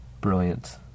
Brilliant